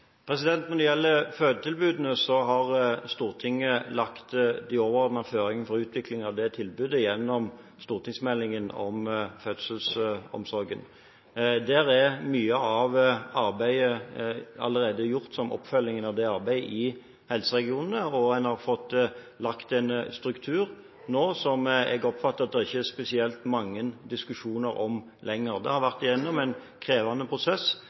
Når det gjelder fødetilbudene, har Stortinget lagt de overordnede føringene for utvikling av det tilbudet i stortingsmeldingen om fødselsomsorgen. Der er mye av arbeidet allerede gjort, som oppfølgingen av det arbeidet i helseregionene, og en har fått lagt en struktur nå som jeg oppfatter at det ikke er spesielt mange diskusjoner om lenger. En har vært igjennom en krevende prosess,